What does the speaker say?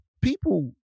People